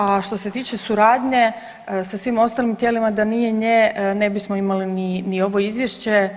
A što se tiče suradnje sa svim ostalim tijelima da nije nje ne bismo imali ni ovo izvješće.